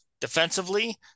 defensively